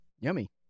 Yummy